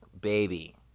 baby